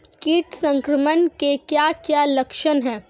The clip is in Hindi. कीट संक्रमण के क्या क्या लक्षण हैं?